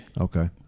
Okay